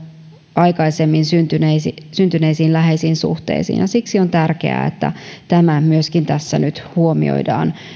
aikaisemmin on syntynyt läheisiä suhteita siksi on tärkeää että tämä myöskin tässä nyt huomioidaan